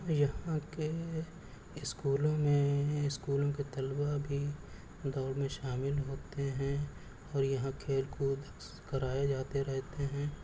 یہاں کے اسکولوں میں اسکولوں کے طلبا بھی دوڑ میں شامل ہوتے ہیں اور یہاں کھیل کود کرائے جاتے رہتے ہیں